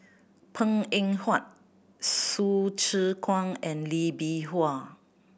Png Eng Huat Hsu Tse Kwang and Lee Bee Wah